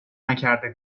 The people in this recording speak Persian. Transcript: نکرده